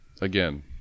again